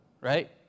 right